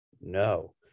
no